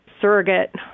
surrogate